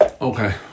Okay